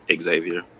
Xavier